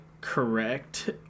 correct